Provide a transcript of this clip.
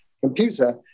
computer